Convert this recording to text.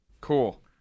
Cool